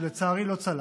שלצערי לא צלח,